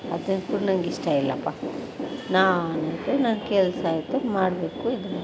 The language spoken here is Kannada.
ಅದು ಕೂಡ ನನಗಿಷ್ಟ ಇಲ್ಲಪ್ಪ ನಾನು ಆಯಿತು ನನ್ನ ಕೆಲಸ ಆಯಿತು ಮಾಡಬೇಕು